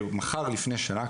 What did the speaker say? מחר לפני שנה,